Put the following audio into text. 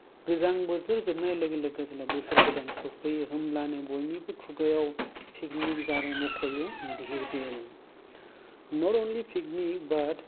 गोजां बोथोर जोबनाय लोगो लोगो जोंना बोसोर गोदान सफैयो होमब्लानो बयनिबो खुगायाव पिकनिक जानो मखयो धिर बिल नट अनलि पिकनिक बाट